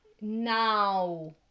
now